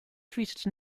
treated